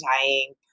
dying